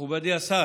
מכובדי השר,